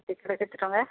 ticket କେତେ ଟଙ୍କା